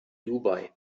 dubai